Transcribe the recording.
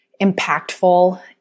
impactful